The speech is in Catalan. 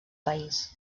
país